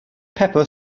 pepper